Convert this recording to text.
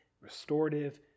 restorative